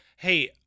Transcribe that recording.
Hey